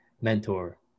mentor